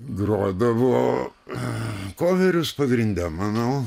grodavo koverius pagrinde manau